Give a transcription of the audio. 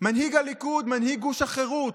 מנהיג הליכוד, מנהיג גוש החירות.